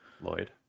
lloyd